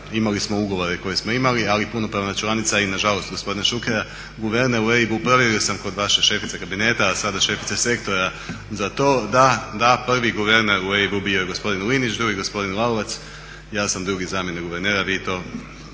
Imali smo ugovore koje smo imali, ali punopravna članica i na žalost gospodina Šukera guverner u EIB-u provjerio sam kod vaše šefice kabineta, sada šefice sektora za to da, da prvi guverner u EIB-u bio je gospodin Linić, drugi gospodin Lalovac. Ja sam drugi zamjenik guvernera, vi to